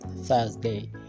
Thursday